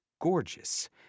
gorgeous